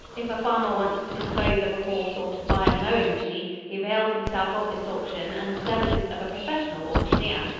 if a farmer wants to dispose of a horse or to buy a mowing machine, he avails himself of this auction and the services of a professional auctioneer.